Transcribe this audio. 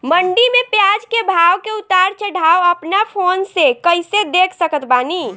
मंडी मे प्याज के भाव के उतार चढ़ाव अपना फोन से कइसे देख सकत बानी?